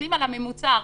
מסתכלים על הממוצע הארצי,